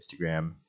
Instagram